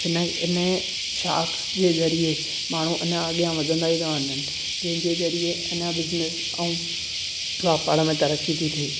हिन इन शार्क्स जे ज़रिये माण्हूं अञां अॻियां वधंदा ई ता वञनि जंहिं जे ज़रिए अञां बिज़नेस ऐं व्यापार में तरक्क़ी थी थिए